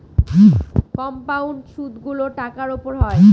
compound সুদগুলো টাকার উপর হয়